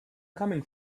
coming